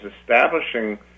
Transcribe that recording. establishing